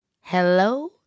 Hello